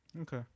Okay